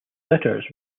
letters